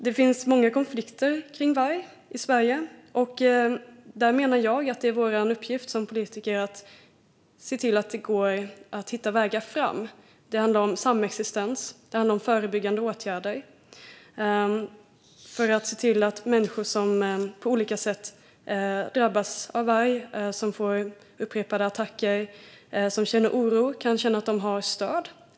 Det finns många konflikter kring varg i Sverige, och där menar jag att det är vår uppgift som politiker att se till att det går att hitta vägar framåt. Det handlar om samexistens, och det handlar om förebyggande åtgärder för att se till att människor som på olika sätt drabbas av varg, som utsätts för upprepade attacker och som känner oro kan känna att de har stöd.